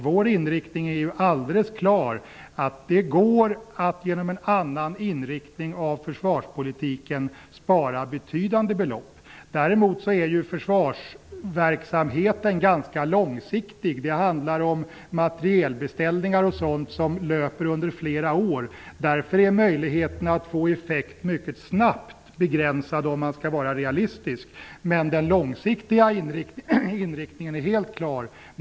Vår inriktning är alldeles klar. Det går att genom en annan inriktning av försvarspolitiken spara betydande belopp. Därmot är försvarsverksamheten ganska långsiktig. Det handlar om materielbeställningar och sådant som löper under flera år. Därför är möjligheterna att få effekt mycket snabbt begränsade om man skall vara realistisk. Men den långsiktiga inriktningen är helt klar.